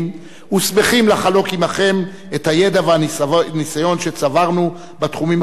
ושמחים לחלוק עמכם את הידע והניסיון שצברנו בתחומים השונים,